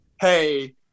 hey